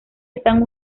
están